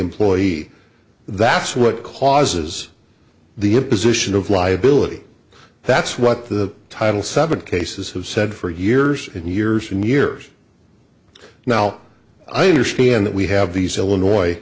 employee that's what causes the imposition of liability that's what the title seven cases have said for years and years yours in now i understand that we have these illinois